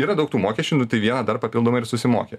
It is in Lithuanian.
yra daug tų mokesčių nu tai vieną dar papildomai ir susimoki